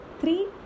three